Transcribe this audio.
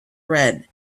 red